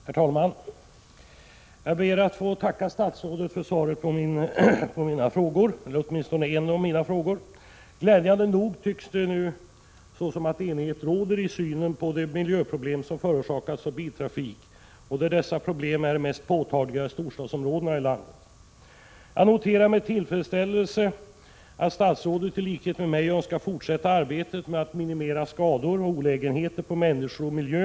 Herr talman! Jag ber att få tacka statsrådet för svaret på mina frågor, eller åtminstone på en av mina frågor. Glädjande nog tycks det nu råda enighet beträffande synen på de miljöproblem som förorsakas av biltrafik. Dessa problem är ju mest påtagliga i storstadsområdena i landet. Jag noterar med tillfredsställelse att statsrådet i likhet med mig önskar fortsätta arbetet med att minimera skador och olägenheter på människor och miljö.